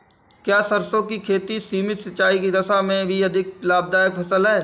क्या सरसों की खेती सीमित सिंचाई की दशा में भी अधिक लाभदायक फसल है?